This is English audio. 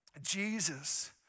Jesus